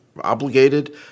obligated